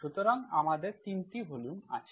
সুতরাং আমাদের 3টি ভলিউমস আছে